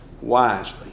wisely